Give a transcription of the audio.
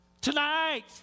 Tonight